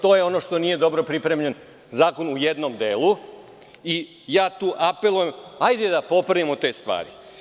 To je ono što nije dobro pripremljen zakon u jednom delu i tu apelujem, hajde da popravimo te stvari.